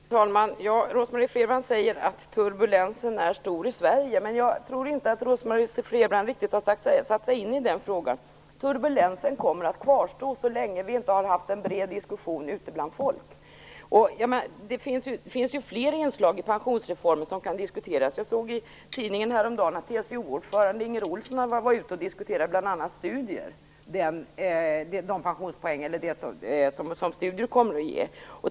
Fru talman! Rose-Marie Frebran säger att turbulensen är stor i Sverige. Men jag tror att hon inte riktigt har satt sig in i den frågan. Turbulensen kommer att kvarstå så länge vi inte har haft en bred diskussion ute bland folk. Det finns fler inslag i pensionsreformen som kan diskuteras. Häromdagen såg jag att TCO-ordföranden Inger Ohlsson var ute och diskuterade bl.a. de pensionspoäng som studier kommer att ge.